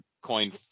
coin